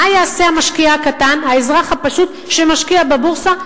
מה יעשה המשקיע הקטן, האזרח הפשוט, שמשקיע בבורסה?